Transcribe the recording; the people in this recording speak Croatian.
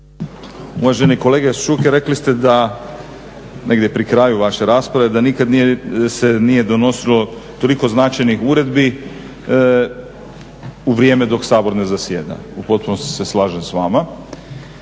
Uvaženi kolega Šuker rekli ste negdje pri kraju vaše rasprave da nikad se nije donosilo toliko značajnih uredbi u vrijeme dok Sabor ne zasjeda. U potpunosti se slažem s vama.